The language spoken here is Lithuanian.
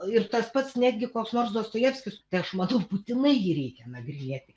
ir tas pats netgi koks nors dostojevskis tai aš manau būtinai jį reikia nagrinėti